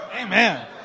Amen